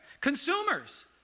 Consumers